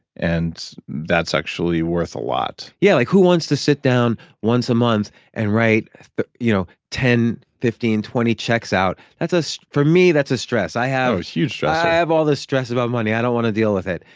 and that's actually worth a lot yeah, like who wants to sit down once a month and write but you know ten, fifteen, twenty checks out for me, that's a stress. i have oh, huge stress i have all this stress about money. i don't want to deal with it,